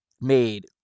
made